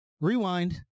Rewind